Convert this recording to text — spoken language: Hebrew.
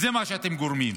זה מה שאתם גורמים.